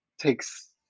takes